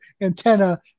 antenna